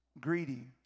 greedy